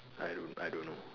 I don't know I don't know